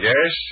Yes